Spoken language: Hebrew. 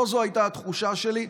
לא זאת הייתה התחושה שלי,